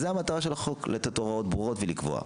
זאת המטרה של החוק, לתת הוראות ברורות ולקבוע.